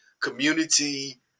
community